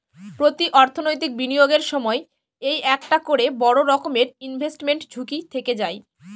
প্রতি অর্থনৈতিক বিনিয়োগের সময় এই একটা করে বড়ো রকমের ইনভেস্টমেন্ট ঝুঁকি থেকে যায়